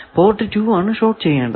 port 2 ആണ് short ചെയ്യേണ്ടത്